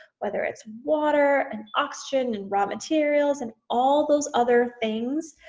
whether it's water and oxygen, and raw materials, and all those other things.